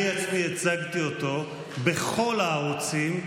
אני עצמי הצגתי אותו בכל הערוצים.